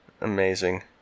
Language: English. Amazing